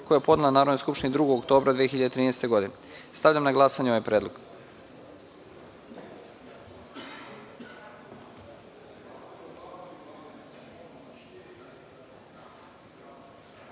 koji je podnela Narodnoj skupštini 2. oktobra 2013. godine. Stavljam na glasanje ovaj predlog. Molim